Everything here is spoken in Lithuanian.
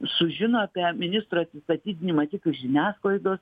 sužino apie ministro atsistatydinimą tik iš žiniasklaidos